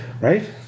right